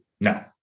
No